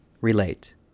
Relate